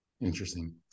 Interesting